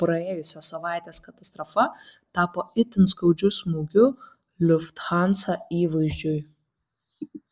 praėjusios savaitės katastrofa tapo itin skaudžiu smūgiu lufthansa įvaizdžiui